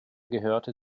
gehörte